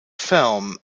film